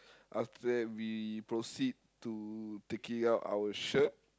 after that we proceed to taking out our shirt